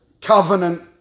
covenant